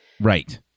right